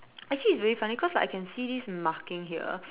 actually it's very funny because I can see this marking here